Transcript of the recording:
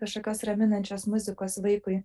kažkokios raminančios muzikos vaikui